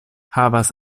havas